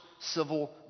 civil